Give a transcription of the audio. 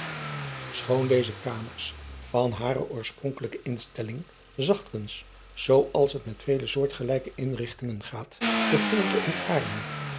choon deze kamers van hare oorspronkelijke instelling zachtkens zoo als het met vele soortgelijke inrigtingen gaat beginnen te ontaarden